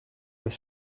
were